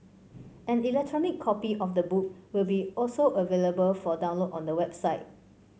an electronic copy of the book will be also available for download on the website